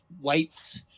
weights